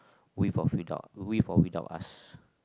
with or without with or without us